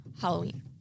Halloween